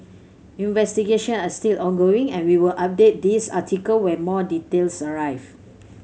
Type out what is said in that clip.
investigation are still ongoing and we'll update this article when more details arrive